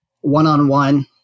one-on-one